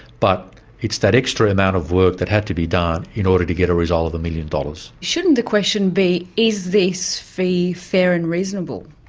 but it's that extra amount of work that had to be done in order to get a result of a million dollars. shouldn't the question be, is this fee fair and reasonable?